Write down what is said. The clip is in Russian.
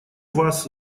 вас